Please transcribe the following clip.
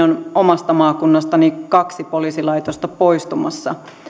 on omasta maakunnastani kaksi poliisilaitosta poistumassa